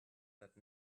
that